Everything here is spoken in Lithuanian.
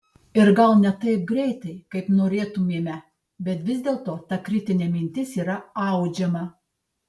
ir gal ne taip greitai kaip norėtumėme bet vis dėlto ta kritinė mintis yra audžiama